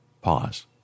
Pause